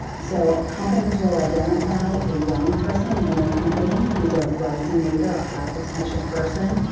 so, companies will identify a young person in their company who's a rising leader, a high potential person.